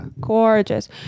Gorgeous